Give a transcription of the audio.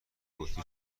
بطری